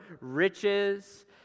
riches